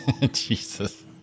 Jesus